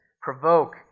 provoke